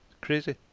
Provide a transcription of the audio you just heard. Crazy